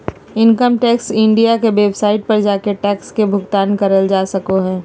income tax India के website पर जाके टैक्स के भुगतान करल जा सको हय